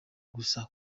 gusa